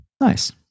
Nice